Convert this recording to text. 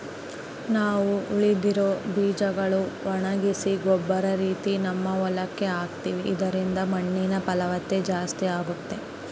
ನಾವು ಉಳಿದಿರೊ ಬೀಜಗಳ್ನ ಒಣಗಿಸಿ ಗೊಬ್ಬರ ರೀತಿಗ ನಮ್ಮ ಹೊಲಕ್ಕ ಹಾಕ್ತಿವಿ ಇದರಿಂದ ಮಣ್ಣಿನ ಫಲವತ್ತತೆ ಜಾಸ್ತಾಗುತ್ತೆ